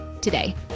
today